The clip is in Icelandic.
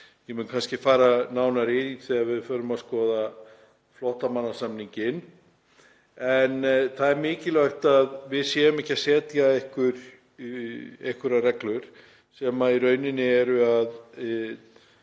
Ég mun kannski fara nánar í það þegar við förum að skoða flóttamannasamninginn. En það er mikilvægt að við séum ekki að setja einhverjar reglur sem valda því að